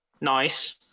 Nice